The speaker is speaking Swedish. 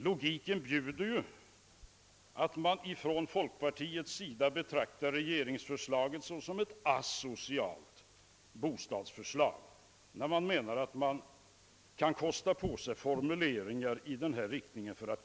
Logiken bjuder väl då att man i folkpartiet betraktar regeringens förslag som ett asocialt bostadsförslag, eftersom man kunnat kosta på sig sådana formuleringar för att korrigera förslaget.